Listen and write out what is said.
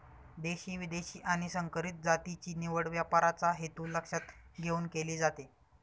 देशी, विदेशी आणि संकरित जातीची निवड व्यापाराचा हेतू लक्षात घेऊन केली जाते